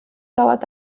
dauert